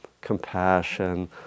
compassion